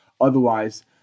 Otherwise